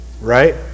Right